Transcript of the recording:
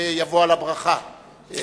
ויבוא על הברכה.